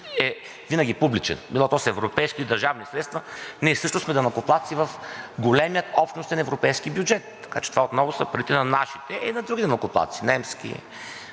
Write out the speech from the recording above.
е винаги публичен – било с европейски или с държавни средства, ние също сме данъкоплатци в големия общностен европейски бюджет, така че отново са парите на нашите и на други данъкоплатци – немски,